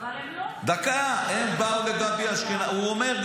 הוא אומר,